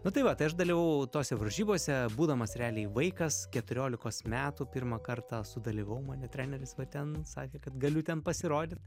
nu tai va tai aš dalyvavau tose varžybose būdamas realiai vaikas keturiolikos metų pirmą kartą sudalyvavau mane treneris va ten sakė kad galiu ten pasirodyt